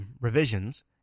revisions